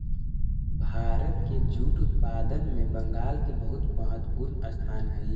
भारत के जूट उत्पादन में बंगाल के बहुत महत्त्वपूर्ण स्थान हई